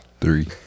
Three